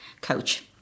coach